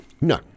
No